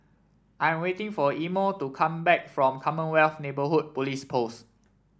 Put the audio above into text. I'm waiting for Imo to come back from Commonwealth Neighbourhood Police Post